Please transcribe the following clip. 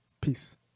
Peace